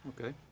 Okay